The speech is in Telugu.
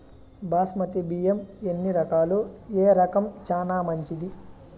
బాస్మతి బియ్యం ఎన్ని రకాలు, ఏ రకం చానా మంచిది?